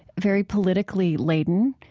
very politically laden.